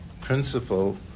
principle